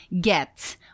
get